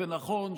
ונכון,